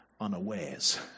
Unawares